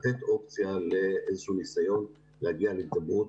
לתת אופציה לאיזשהו ניסיון להגיע להידברות